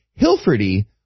Hilferty